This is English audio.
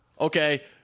Okay